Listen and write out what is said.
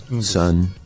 Son